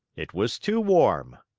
it was too warm.